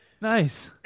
Nice